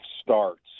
starts